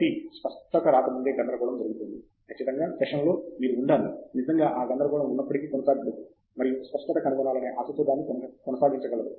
కాబట్టి స్పష్టత రాకముందే గందరగోళం జరగబోతోంది ఖచ్చితంగా సెషన్లో మీరు ఉండాలి నిజంగా ఆ గందరగోళం ఉన్నప్పటికీ కొనసాగగలరు మరియు స్పష్టత కనుగొనాలనే ఆశతో దానిని కొనసాగించగలరు